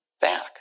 back